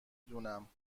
دونم